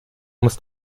muss